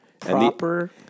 Proper